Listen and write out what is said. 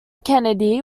kennedy